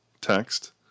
text